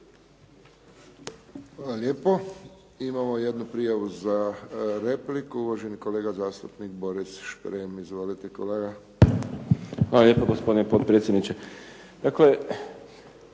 Hvala lijepo. Imamo jednu prijavu za repliku. Uvaženi kolega zastupnik Boris Šprem. Izvolite kolega. **Šprem, Boris (SDP)** Hvala lijepo, gospodine potpredsjedniče.